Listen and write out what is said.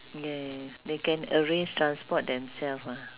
yes they can arrange transport themselves ah